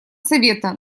совета